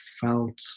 felt